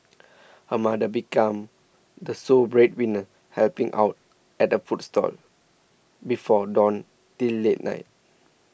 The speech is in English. her mother become the sole breadwinner helping out at a food stall before dawn till late night